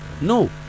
No